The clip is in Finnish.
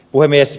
puhemies